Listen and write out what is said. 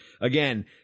again